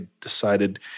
decided